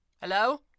Hello